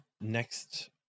next